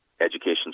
education